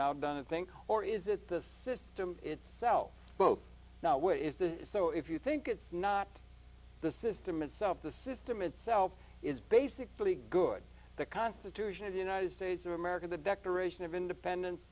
now done it think or is it the system itself both now which is the so if you think it's not the system itself the system itself is basically good the constitution of the united states of america the declaration of independence